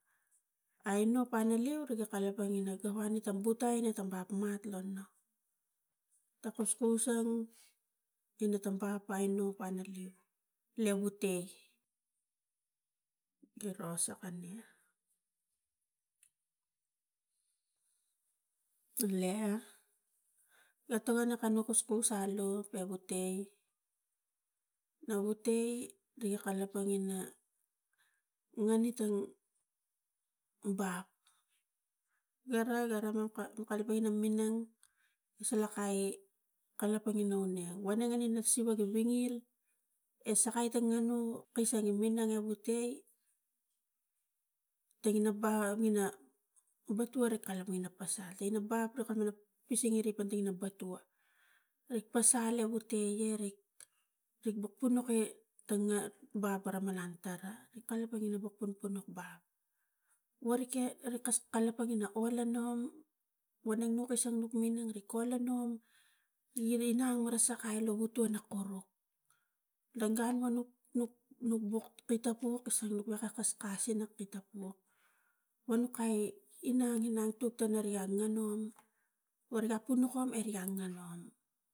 Aino pana leu rik kalapang ina ga van ita bukai ina bapmat lo ka kuskus ang ina ta bap aino pana leu le vutai giro saka nia, le ga togona kana kuskus alu negutai, negutai riga kalapang ina wone tang bap gara ga rangiga ina minang kusalakai kalapang ina aneng wauneng ina ga siva ga vingil e sakai ta nganu kaisang ga vinang ga vutai tangina ba avina a batua rik kalapang ina pasal ina bap rika la pising re pona batua, rik pasal ebuta ian rik buk punuke nga bap mara malang tara ri kalapang panuk pan panuk bap worike mas kalapang ina oila num woning nuk nu kasang nuk minang nuk oila num iri nang warasakai lo vitua no kuruk lo gun wonuk nuk nuk nuk botapuk waka kaskas ina pita puk wonukai na gina tuk tari a nganum vari ga ponukon eri ga nganum